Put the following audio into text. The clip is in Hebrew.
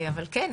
אבל כן,